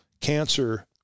cancer